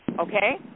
Okay